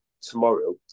tomorrow